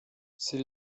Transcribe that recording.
sie